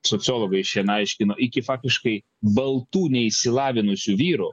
sociologai šiandien aiškino iki faktiškai baltų neišsilavinusių vyrų